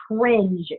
cringe